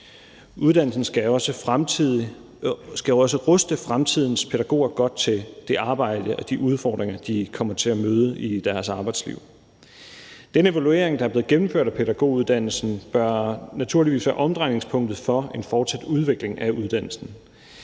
Uddannelsen skal også ruste fremtidens pædagoger godt til det arbejde og de udfordringer, de kommer til at møde i deres arbejdsliv. Den evaluering, der er blevet gennemført af pædagoguddannelsen, bør naturligvis være omdrejningspunktet for en fortsat udvikling af uddannelsen.